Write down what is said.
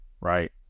right